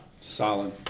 Solid